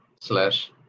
Slash